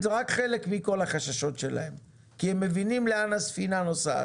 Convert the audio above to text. מלומר ואמרו רק חלק מכל החששות שלהם כי הם מבינים לאן הספינה נוסעת.